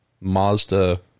Mazda